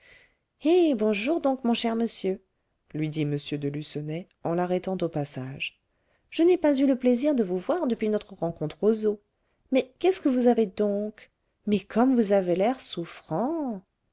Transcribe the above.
eh bonjour donc mon cher monsieur lui dit m de lucenay en l'arrêtant au passage je n'ai pas eu le plaisir de vous voir depuis notre rencontre aux eaux mais qu'est-ce que vous avez donc mais comme vous avez l'air souffrant